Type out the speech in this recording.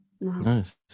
Nice